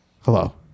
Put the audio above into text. Hello